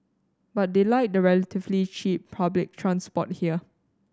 but they like the relatively cheap public transport here